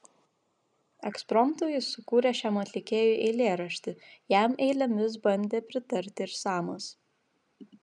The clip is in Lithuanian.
ekspromtu jis sukūrė šiam atlikėjui eilėraštį jam eilėmis bandė pritarti ir samas